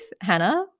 Hannah